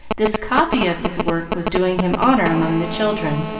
this copy of his work was doing him honor among the children.